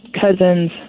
cousins